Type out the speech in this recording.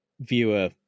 viewer